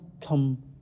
come